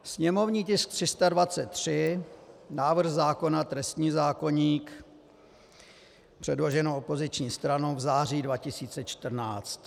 Sněmovní tisk 323, návrh zákona trestní zákoník, předloženo opoziční stranou v záři 2014.